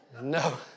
no